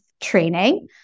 training